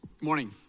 morning